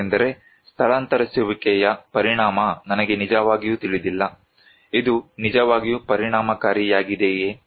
ಏಕೆಂದರೆ ಸ್ಥಳಾಂತರಿಸುವಿಕೆಯ ಪರಿಣಾಮ ನನಗೆ ನಿಜವಾಗಿಯೂ ತಿಳಿದಿಲ್ಲ ಇದು ನಿಜವಾಗಿಯೂ ಪರಿಣಾಮಕಾರಿಯಾಗಿದೆಯೇ